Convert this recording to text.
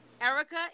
Erica